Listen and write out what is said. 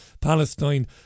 Palestine